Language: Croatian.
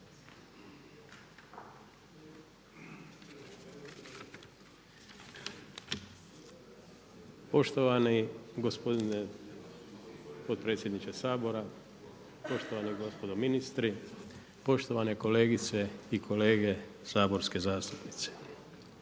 Poštovani gospodine potpredsjedniče Sabora, poštovani gospodo ministri, poštovane kolegice i kolege saborski zastupnici.